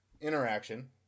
interaction